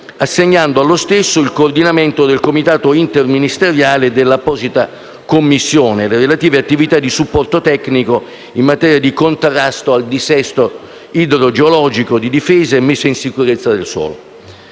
assegnando allo stesso il coordinamento del Comitato interministeriale dell'apposita Commissione, le relative attività di supporto tecnico in maniera di contrasto al dissesto idrogeologico, di difesa e messa in sicurezza del suolo.